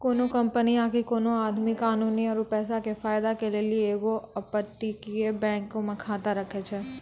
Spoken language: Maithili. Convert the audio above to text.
कोनो कंपनी आकि कोनो आदमी कानूनी आरु पैसा के फायदा के लेली एगो अपतटीय बैंको मे खाता राखै छै